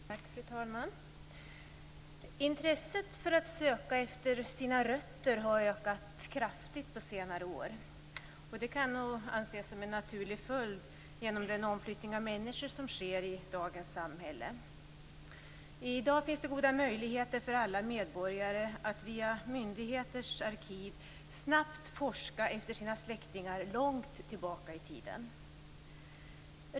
Fru talman! Intresset för att söka efter sina rötter har ökat kraftigt på senare år. Det kan nog anses som en naturlig följd av den omflyttning av människor som sker i dagens samhälle. I dag finns goda möjligheter för alla medborgare att via myndigheters arkiv snabbt forska efter sina släktingar långt tillbaka i tiden.